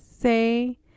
say